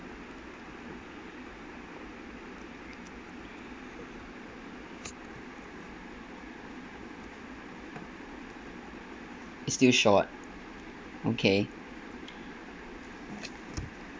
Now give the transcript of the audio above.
it's still short okay